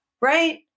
Right